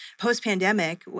post-pandemic